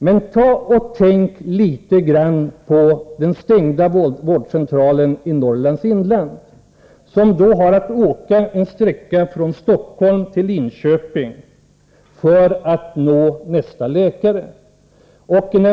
Men ta och tänk litet grand på den stängda vårdcentralen i Norrlands inland, där man har att åka en sträcka som från Stockholm till Linköping för att nå nästa läkare!